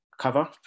cover